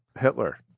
Hitler